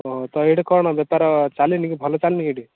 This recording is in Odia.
ଅ ହୋ ତ ଏଇଠି କ'ଣ ବେପାର ଚାଲିନି କି ଭଲ ଚାଲିନି କି ଏଇଠି